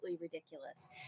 ridiculous